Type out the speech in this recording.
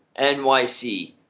NYC